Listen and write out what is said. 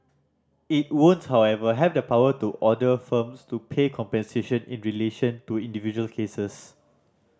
it won't however have the power to order firms to pay compensation in relation to individual cases